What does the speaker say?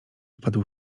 wpadł